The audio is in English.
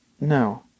No